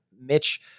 Mitch